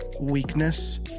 weakness